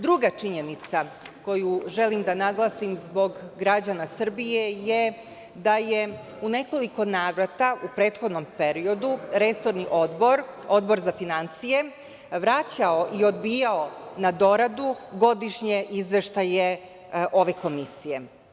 Druga činjenica koju želim da naglasim zbog građana Srbije je da je u nekoliko navrata u prethodnom periodu resorni odbor, Odbor za finansije vraćao i odbijao na doradu godišnje izveštaje ove komisije.